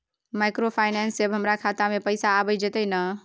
Microfinance से हमारा खाता में पैसा आबय जेतै न?